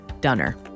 dunner